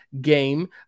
game